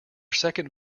second